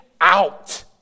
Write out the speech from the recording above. out